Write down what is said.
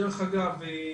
דרך אגב,